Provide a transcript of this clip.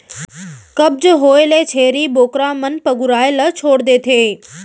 कब्ज होए ले छेरी बोकरा मन पगुराए ल छोड़ देथे